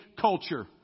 culture